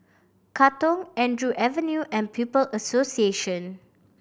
Katong Andrew Avenue and People Association